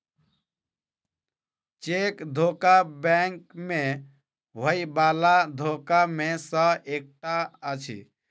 cheque धोखा bank मे होयबला धोखा मे सॅ एकटा अछि